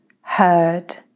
heard